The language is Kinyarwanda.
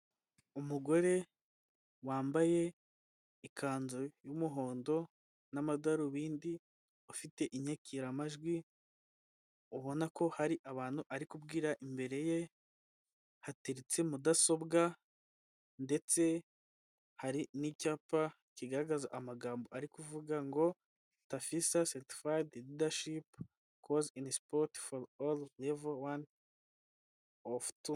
Umugore wambaye ikanzu y'umuhondo n'amadarubindi, ufite inyakiramajwi ubona ko hari abantu ari kubwira, imbere ye hateretse mudasobwa ndetse hari n'icyapa kigaragaza amagambo ari kuvuga ngo tafisa satifiyedi ridashipu koze inisipoti foru oru revo wani ofutu.